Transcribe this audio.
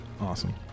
Awesome